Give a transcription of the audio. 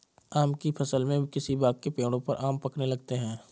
आम की फ़सल में किसी बाग़ के पेड़ों पर आम पकने लगते हैं